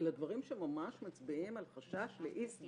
אלא דברים שממש מצביעים על חשש לאי-סדרים,